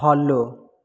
follow